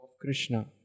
Krishna